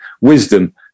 wisdom